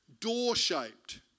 door-shaped